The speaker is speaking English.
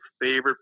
favorite